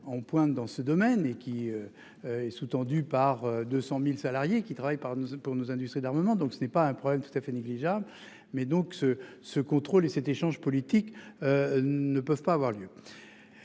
pointe dans ce domaine et qui. Est sous-tendue par 200.000 salariés qui travaillent par nos, pour nos industries d'armement, donc ce n'est pas un problème tout à fait négligeable mais donc ce ce contrôle et cet échange politique. Ne peuvent pas avoir lieu.